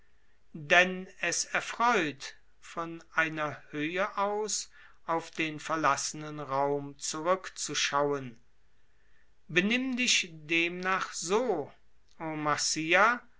denn es erfreut von einer höhe aus auf den verlaßenen raum zurückzuschauen benimm dich demnach so o